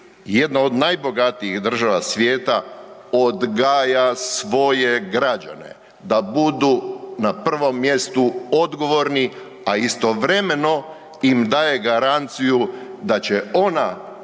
jedna od najbogatijih država svijeta odgaja svoje građane da budu na prvom mjestu odgovorni, a istovremeno im daje garanciju da će ona